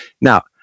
now